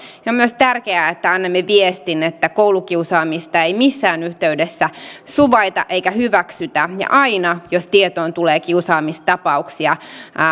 ja on myös tärkeää että annamme viestin että koulukiusaamista ei missään yhteydessä suvaita eikä hyväksytä ja aina jos tietoon tulee kiusaamistapauksia